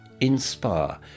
inspire